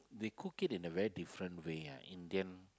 they cook it in a very different way ah Indian